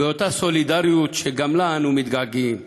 באותה סולידריות, שגם אליה אנו מתגעגעים: